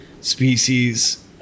species